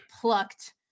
plucked